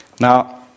Now